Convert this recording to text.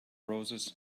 roses